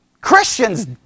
Christians